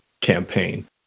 campaign